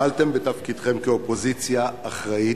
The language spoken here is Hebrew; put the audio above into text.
מעלתם בתפקידכם כאופוזיציה אחראית,